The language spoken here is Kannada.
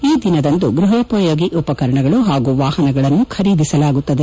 ಈ ದಿನದಂದು ಗ್ಬಹಪಯೋಗಿ ಉಪಕರಣಗಳು ಹಾಗೂ ವಾಹನಗಳನ್ನು ಖರೀದಿಸಲಾಗುತ್ತದೆ